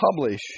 publish